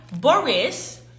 Boris